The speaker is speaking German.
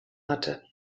hatte